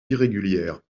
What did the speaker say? irrégulière